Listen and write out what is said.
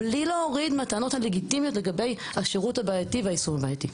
בלי להוריד מהטענות הלגיטימיות לגבי השירות הבעייתי והיישום הבעייתי.